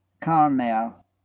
Carmel